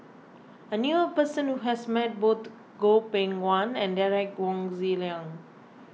I knew a person who has met both Goh Beng Kwan and Derek Wong Zi Liang